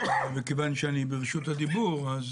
וכיוון שאני ברשות הדיבור, אז